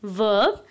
verb